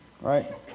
right